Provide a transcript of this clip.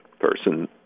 person